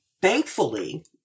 Thankfully